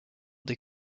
des